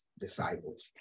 disciples